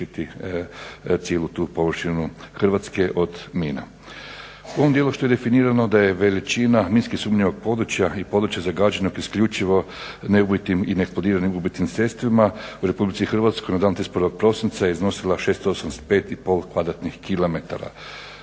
riješiti cijelu tu površinu Hrvatske od mina. U ovom dijelu što je definirano da je veličina minski sumnjivog područja i područja zagađenog isključivo neubojitim i neeksplodiranim ubojitim sredstvima u Republici Hrvatskoj na dan 31. prosinca je iznosila 685,5 km2.